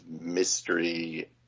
mystery